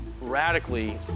radically